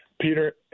Peter